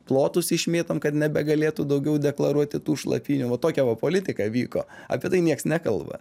plotus išmėtom kad nebegalėtų daugiau deklaruoti tų šlapynių va tokia va politika vyko apie tai nieks nekalba